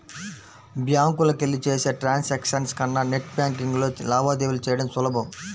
బ్యాంకులకెళ్ళి చేసే ట్రాన్సాక్షన్స్ కన్నా నెట్ బ్యేన్కింగ్లో లావాదేవీలు చెయ్యడం సులభం